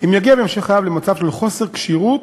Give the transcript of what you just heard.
אם יגיע בהמשך חייו למצב של חוסר כשירות.